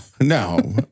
No